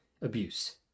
abuse